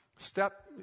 step